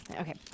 Okay